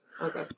Okay